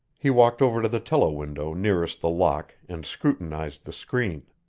he walked over to the telewindow nearest the lock and scrutinized the screen.